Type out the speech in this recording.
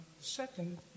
second